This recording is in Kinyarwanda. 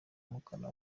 umukara